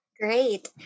Great